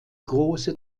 große